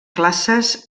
classes